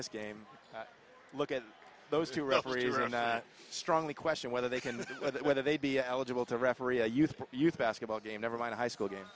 this game look at those two referees and strongly question whether they can whether they be eligible to referee a youth youth basketball game never mind a high school game